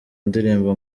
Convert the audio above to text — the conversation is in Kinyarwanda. ndirimbo